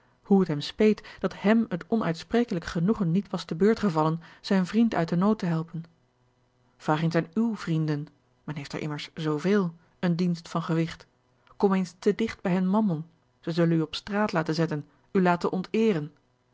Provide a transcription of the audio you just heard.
hoe het hem speet dat hém het onuitsprekelijk genoegen niet was te beurt gevallen zijn vriend uit den nood te helpen vraag eens aan uwe vrienden men heeft er immers zooveel eene dienst van gewigt kom eens te digt bij hun mammon zij zullen u op straat laten zetten u laten